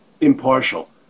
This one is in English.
Impartial